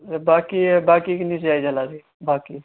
बाकी एह् बाकी किन्नी सेयाई चलै दी बाकी